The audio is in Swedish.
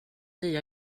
nya